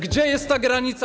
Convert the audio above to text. Gdzie jest ta granica?